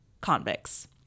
convicts